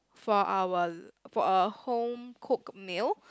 for our for a home cooked meal